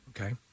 Okay